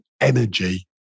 energy